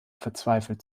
verzweifelt